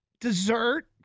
dessert